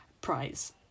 Prize